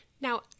Now